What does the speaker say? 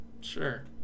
sure